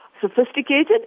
sophisticated